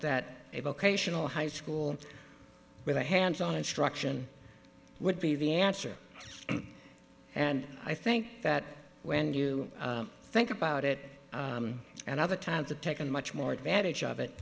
that a vocational high school with a hands on instruction would be the answer and i think that when you think about it and other times it taken much more advantage of it